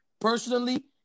Personally